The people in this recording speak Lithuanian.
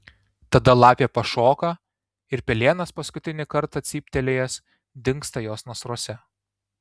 tada lapė pašoka ir pelėnas paskutinį kartą cyptelėjęs dingsta jos nasruose